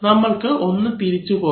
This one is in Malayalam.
നമ്മൾക്ക് ഒന്നു തിരിച്ചു പോകാം